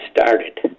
started